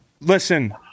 Listen